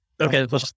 Okay